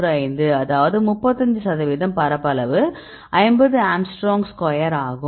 35 அதாவது 35 சதவிகிதம் பரப்பளவு 50 ஆங்ஸ்ட்ரோம் ஸ்கொயர் ஆகும்